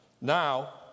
Now